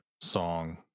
song